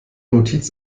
notiz